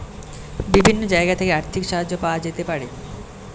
বিভিন্ন জায়গা থেকে আর্থিক সাহায্য পাওয়া যেতে পারে